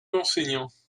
d’enseignants